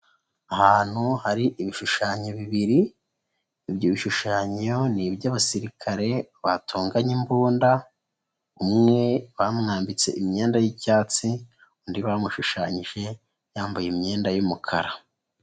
Ahantu hari ibishushanyo bibiri, ibyo bishushanyo ni iby'abasirikare batunganye imbunda, umwe bamwambitse imyenda y'icyatsi, undi bamushushanyije yambaye imyenda y'umukara.